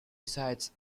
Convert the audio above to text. besides